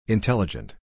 Intelligent